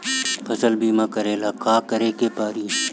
फसल बिमा करेला का करेके पारी?